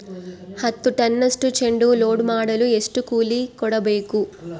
ಹತ್ತು ಟನ್ನಷ್ಟು ಚೆಂಡುಹೂ ಲೋಡ್ ಮಾಡಲು ಎಷ್ಟು ಕೂಲಿ ಕೊಡಬೇಕು?